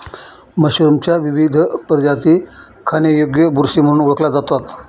मशरूमच्या विविध प्रजाती खाण्यायोग्य बुरशी म्हणून ओळखल्या जातात